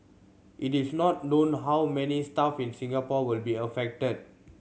it is not known how many staff in Singapore will be affected